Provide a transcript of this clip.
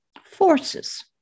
Forces